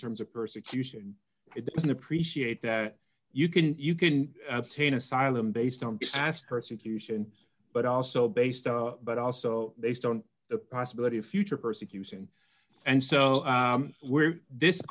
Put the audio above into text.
terms of persecution it doesn't appreciate that you can you can abstain asylum based on past persecution but also based on but also they stone the possibility of future persecution and so where this